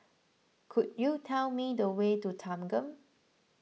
could you tell me the way to Thanggam